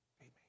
Amen